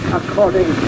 according